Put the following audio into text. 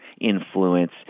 influence